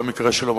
במקרה שלו,